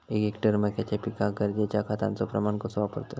एक हेक्टर मक्याच्या पिकांका गरजेच्या खतांचो प्रमाण कसो वापरतत?